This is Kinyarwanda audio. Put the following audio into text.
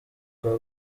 rwa